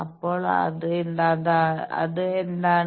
അപ്പോൾ അത് എന്താണ്